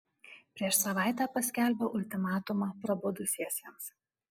prieš savaitę paskelbiau ultimatumą prabudusiesiems